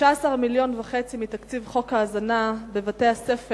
16.5 מיליון שקל מתקציב חוק ההזנה בבתי-הספר